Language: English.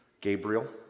Gabriel